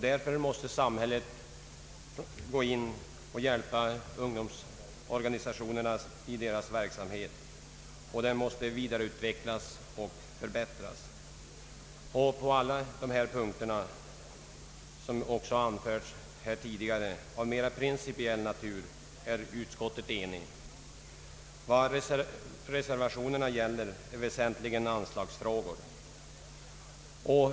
Därför måste samhället träda till och hjälpa ungdomsorganisationerna i deras verksamhet, som måste vidareutvecklas. På alla dessa punkter av mera principiell natur har inom utskottet — så som tidigare här har anförts — rått enighet. Reservationerna gäller i huvudsak anslagsfrågor.